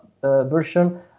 version